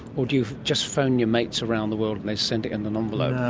or do you just phone your mates around the world and they send it in an envelope? no,